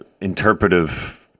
interpretive